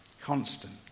Constant